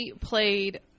played